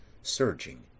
surging